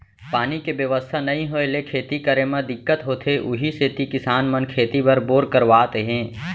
पानी के बेवस्था नइ होय ले खेती करे म दिक्कत होथे उही सेती किसान मन खेती बर बोर करवात हे